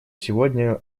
сегодня